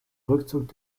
rückzug